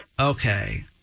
Okay